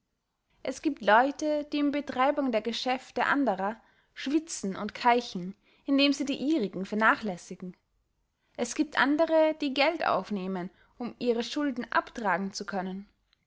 es giebt leute die in betreibung der geschäfte andere schwitzen und keichen indem sie die ihrigen vernachlässigen es giebt andere die geld aufnehmen um ihre schulden abtragen zu können